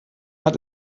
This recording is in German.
hat